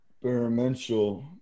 experimental